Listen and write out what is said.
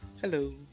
Hello